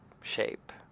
shape